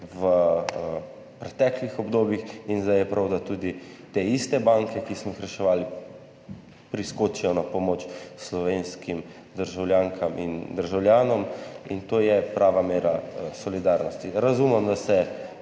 v preteklih obdobjih in zdaj je prav, da tudi te iste banke, ki smo jih reševali, priskočijo na pomoč slovenskim državljankam in državljanom. To je prava mera solidarnosti. Razumem, da se